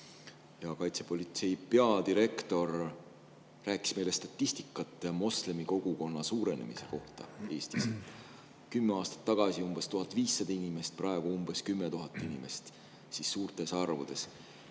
Kaitsepolitseiameti peadirektor rääkis meile statistikat moslemi kogukonna suurenemise kohta Eestis. Kümme aastat tagasi oli umbes 1500 inimest, praegu on umbes 10 000 inimest. Suured arvud.